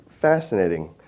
fascinating